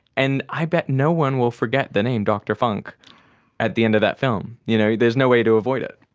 and i bet no one will forget the name dr funk at the end of that film. you know there's no way to avoid it.